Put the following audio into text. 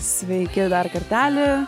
sveiki dar kartelį